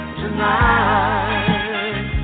tonight